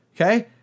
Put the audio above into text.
okay